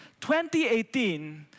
2018